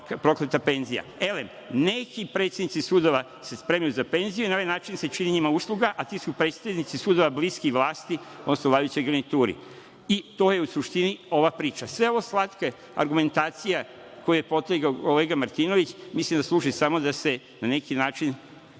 prokleta penzija. Elem, neki predsednici sudova se spremaju za penzije, na ovaj način se čini njima usluga, a ti su predsednici sudova bliski vlasti, odnosno vladajućoj garnituri. To je u suštini ova priča. Sve ove slatke argumentacije koje je potegao kolega Martinović mislim da služe samo da se na neki način